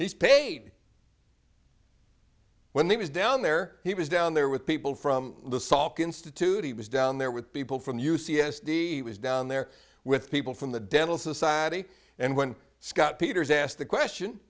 he's paid when he was down there he was down there with people from the salk institute he was down there with people from u c s d was down there with people from the dental society and when scott peters asked the question